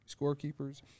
scorekeepers